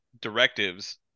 directives